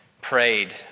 prayed